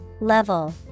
Level